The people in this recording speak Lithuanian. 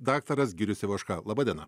daktaras girius ivoška laba diena